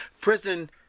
Prison—